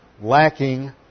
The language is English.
lacking